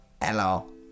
Hello